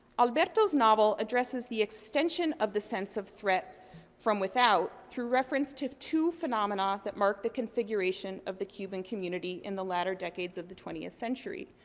alberto's novel addresses the extension of the sense of threat from without through reference to two phenomena that mark the configuration of the cuban community in the latter decades of the twentieth century.